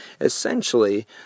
essentially